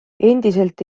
endiselt